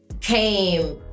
came